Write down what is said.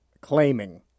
Claiming